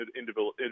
individual